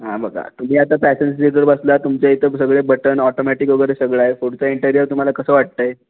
हां बघा तुम्ही आता पॅसेंजर सीटवर बसल्यावर तुमच्या इथं सगळे बटण ऑटोमॅटिक वगैरे सगळं आहे पुढचं इंटेरियर तुम्हाला कसं वाटतं आहे